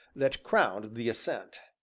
that crowned the ascent.